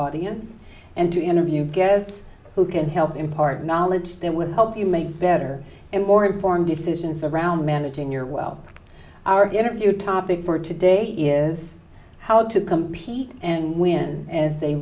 audience and to interview guests who can help impart knowledge that will help you make better and more informed decisions around managing your well our interview topic for today is how to compete and win as they